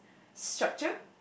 structure